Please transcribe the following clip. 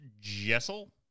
Jessel